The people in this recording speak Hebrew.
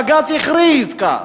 בג"ץ הכריז כך.